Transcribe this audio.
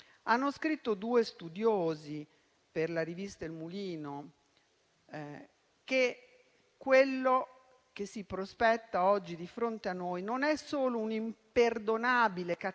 Hanno scritto due studiosi per la rivista "Il Mulino" che «Quello che si prospetta di fronte a noi non è, dunque, solo un imperdonabile, cattivo,